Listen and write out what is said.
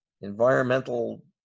environmental